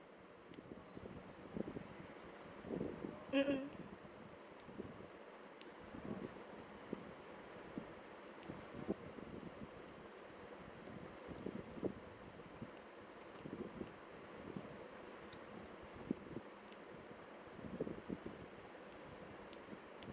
mm mm